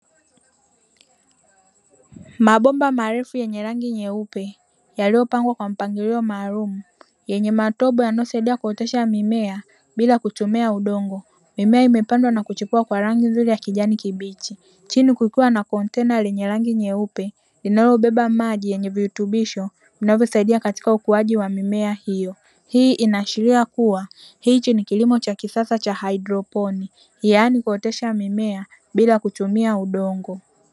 Mabomba marefu yenye rangi nyeupe yaliyopangwa kwa mpangilio maalumu yenye matobo yanayosaidia kuotesha mimea bila kutumia udongo, mimea imepandwa na kuchipua kwa rangi nzuri ya kijani kibichi, chini kukiwa kuna kontena lenye rangi nyeupe linalobeba maji yenye virutubisho vinavyosaidia katika ukuaji wa mimea hiyo, hii inaashiria kuwa hiki ni kilimo cha kisasa cha haidroponi yaani kuoteshea mimea bila kutumia udongo.